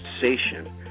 sensation